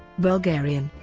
bulgarian,